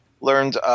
learned –